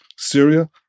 Syria